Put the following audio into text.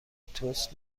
تست